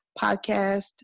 podcast